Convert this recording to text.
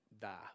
die